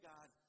God